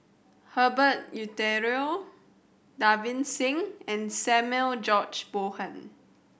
Herbert Eleuterio Davinder Singh and Samuel George Bonham